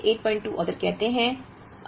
आइए हम इसे 82 ऑर्डर कहते हैं